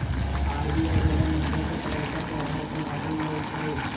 RBI द्वारा मुद्रा के तरलता के आधार पर बाटल जाइ छै